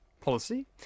policy